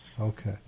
okay